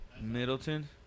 Middleton